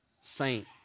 saint